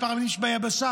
מספר המינים שביבשה,